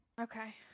Okay